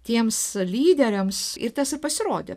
tiems lyderiams ir tas ir pasirodė